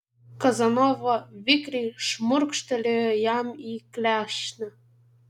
kazanova vikriai šmurkštelėjo jam į klešnę